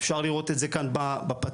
אפשר לראות את זה כאן בפתיח,